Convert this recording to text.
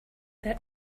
their